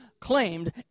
claimed